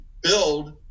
build